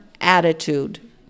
attitude